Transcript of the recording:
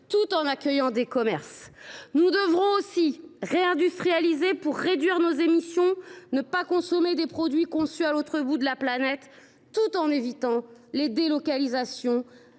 tout en accueillant des commerces. Nous devrons aussi réindustrialiser pour réduire nos émissions et ne pas consommer de produits conçus à l’autre bout de la planète, tout en évitant de délocaliser